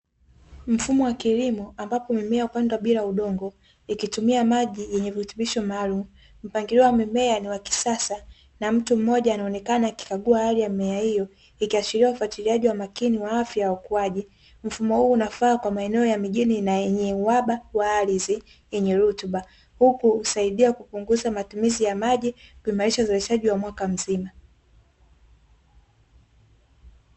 Mfumo wa kilimo ambapo maji hupandwa bila udogo kwa kutumia virutubishio maalumu mpangilio wa mimea ni wakisasa na mtu mmoja anaonekana akikagua halia ya mimea hiyo ikiashiria ufatiliaji makini wa afya ya ukuaji, mfumo huu unafaa kwa maeneo ya mjini yenye uhaba wa maeneo ya ardhi yenye rutuba huku kwaajili ya kupunguza matumizi ya maji na kuhimarisha uzalishaji wa mwaka mzima.